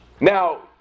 Now